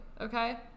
okay